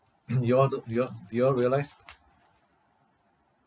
do you all do do you all do you all realise